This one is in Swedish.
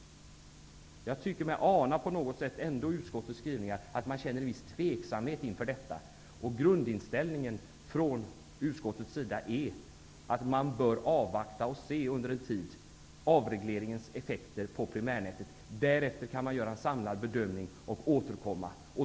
I utskottets skrivning tycker jag mig ändå ana att man känner en viss tveksamhet inför detta. Grundinställningen från utskottets sida är att man under en tid bör avvakta och se avregleringens effekter på primärnätet. Därefter kan man göra en samlad bedömning och återkomma.